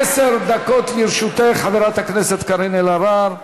עשר דקות לרשותך, חברת הכנסת קארין אלהרר.